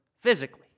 physically